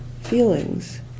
feelings